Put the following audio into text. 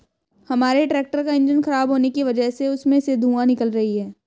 हमारे ट्रैक्टर का इंजन खराब होने की वजह से उसमें से धुआँ निकल रही है